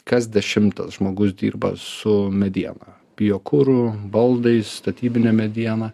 kas dešimtas žmogus dirba su mediena biokuru baldais statybine mediena